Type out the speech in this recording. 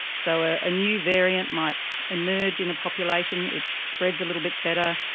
so ah a new variant might emerge in a population, it spreads a little bit better,